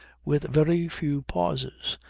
with very few pauses.